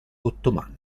ottomano